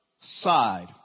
side